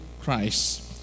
christ